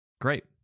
Great